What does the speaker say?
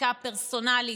בחקיקה הפרסונלית,